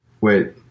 Wait